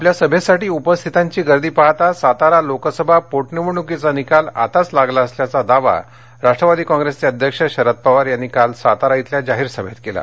आपल्या सभेसाठी उपस्थितांची गर्दी पाहता सातारा लोकसभा पोट निवडणुकीचा निकाल आताच लागला असल्याचा दावा राष्ट्रवादी काँग्रेसचे अध्यक्ष शरद पवार यांनी काल सातारा इथल्या जाहीर सभेत केला